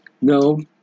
No